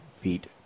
feet